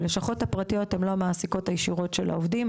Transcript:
הלשכות הפרטיות הן לא המעסיקות הישירות של העובדים,